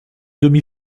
demi